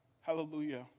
Hallelujah